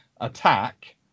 attack